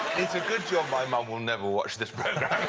it's a good job my mum will never watch this programme.